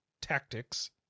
tactics